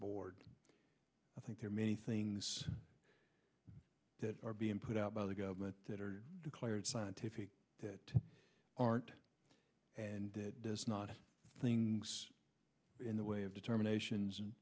board i think there are many things that are being put out by the government that are declared scientific that aren't and does not things in the way of determination